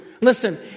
Listen